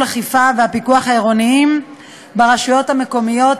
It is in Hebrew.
האכיפה והפיקוח העירוניים ברשויות המקומיות (תעבורה),